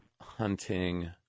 hunting